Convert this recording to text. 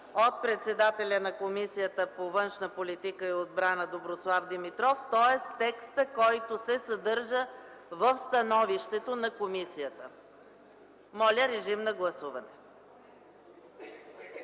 от председателя на Комисията по външна политика и отбрана Доброслав Димитров, тоест текстът, който се съдържа в становището на комисията. Текстът беше